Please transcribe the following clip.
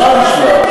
המשרד ישלח.